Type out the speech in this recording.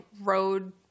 road